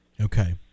Okay